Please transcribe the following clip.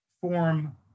form